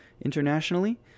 internationally